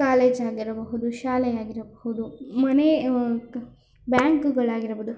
college ಆಗಿರಬಹುದು ಶಾಲೆ ಆಗಿರಬಹುದು ಮನೆ ಕ್ ಬ್ಯಾಂಕ್ಗಳಾಗಿರಬೌದು